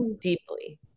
deeply